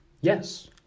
Yes